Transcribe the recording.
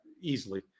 easily